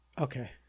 Okay